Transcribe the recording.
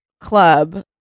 club